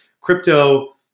crypto